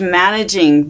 managing